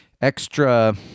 extra